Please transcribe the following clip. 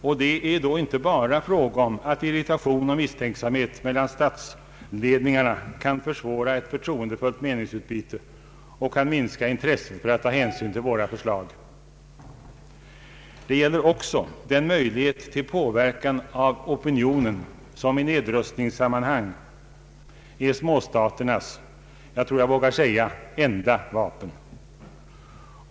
Och det är då inte bara fråga om att irritation och misstänksamhet mellan statsledningarna kan försvåra ett förtroendefullt meningsutbyte och kan minska intresset för att ta hänsyn till våra förslag. Det gäller också den möjlighet till påverkan av opinionen som i nedrustningssammanhang är småstaternas, jag tror jag vågar säga enda vapen.